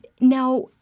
Now